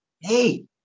hey